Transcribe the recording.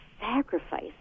sacrifice